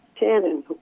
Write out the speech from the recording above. Tannen